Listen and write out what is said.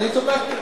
ואני תומך.